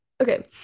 okay